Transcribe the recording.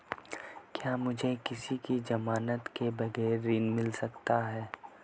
क्या मुझे किसी की ज़मानत के बगैर ऋण मिल सकता है?